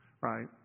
Right